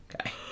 okay